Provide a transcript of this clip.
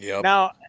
Now